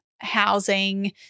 housing